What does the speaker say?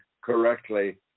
correctly